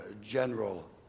general